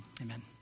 amen